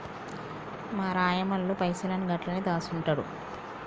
మా రాయమల్లు పైసలన్ని గండ్లనే దాస్కుంటండు